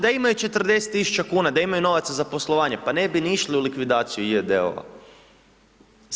Da imaju 40 tisuća kuna, da imaju novaca za poslovanje, pa ne bi ni išli u likvidaciju j.d.o.o.